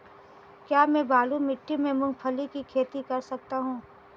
क्या मैं बालू मिट्टी में मूंगफली की खेती कर सकता हूँ?